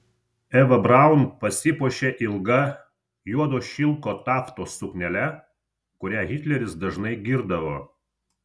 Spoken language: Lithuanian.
eva braun pasipuošė ilga juodo šilko taftos suknele kurią hitleris dažnai girdavo